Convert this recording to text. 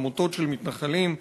עמותות של מתנחלים,